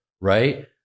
right